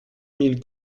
mille